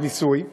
בניסוי.